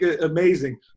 amazing